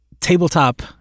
tabletop